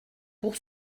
pour